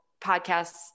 podcasts